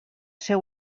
ser